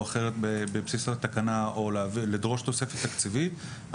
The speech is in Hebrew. אחת בבסיס התקנה או לדרוש תוספת תקציבים כל שהיא,